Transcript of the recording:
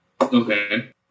Okay